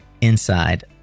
inside